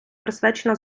присвячена